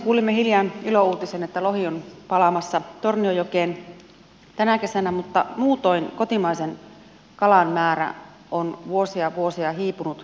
kuulimme hiljan ilouutisen että lohi on palaamassa tornionjokeen tänä kesänä mutta muutoin kotimaisen kalan määrä on vuosia ja vuosia hiipunut ruokapöydässämme